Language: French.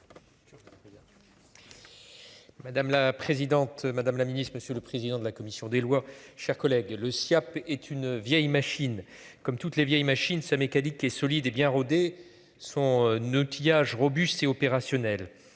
Madame la présidente. Madame la Ministre, Monsieur le président de la commission des lois, chers collègues. Le Siaap est une vieille machine comme toutes les vieilles machines. Sa mécanique est solide et bien rôdé son ne outillage robuste et opérationnel